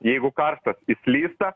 jeigu karštas slysta